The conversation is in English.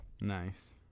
nice